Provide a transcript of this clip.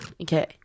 Okay